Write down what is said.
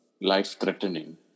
life-threatening